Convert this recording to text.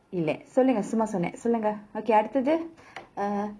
இல்ல சொல்லுங்க சும்மா சொன்னேன் சொல்லுங்க:illa sollunga summa sonnen sollunga okay அடுத்தது:aduthathu (uh huh)